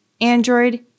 Android